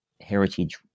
heritage